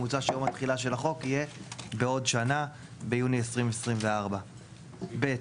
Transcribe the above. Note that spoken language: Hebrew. מוצע שיום התחילה של החוק יהיה בעוד שנה ביוני 2024. (ב)